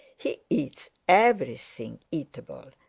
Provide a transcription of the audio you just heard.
he eats everything eatable,